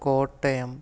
Kottayam